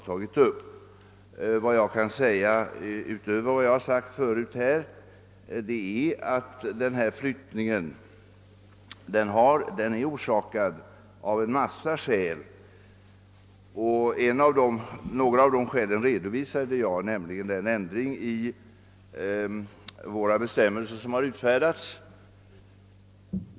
Utöver vad jag sagt i svaret kan jag nämna att denna flyttning är orsakad av den ändring i förvaringsbestämmelserna som har utfärdats.